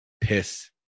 piss